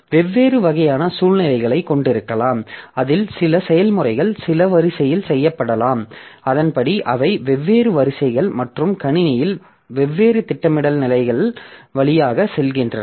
வெவ்வேறு வகையான சூழ்நிலைகளைக் கொண்டிருக்கலாம் அதில் சில செயல்முறைகள் சில வரிசையில் செயல்படுத்தப்படலாம் அதன்படி அவை வெவ்வேறு வரிசைகள் மற்றும் கணினியில் வெவ்வேறு திட்டமிடல் நிலைகள் வழியாக செல்கின்றன